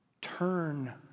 Turn